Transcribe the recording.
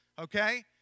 Okay